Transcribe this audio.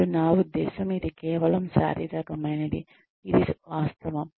మరియు నా ఉద్దేశ్యం ఇది కేవలం శారీరకమైనది ఇది వాస్తవం